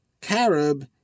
carob